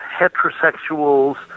heterosexuals